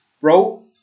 Bro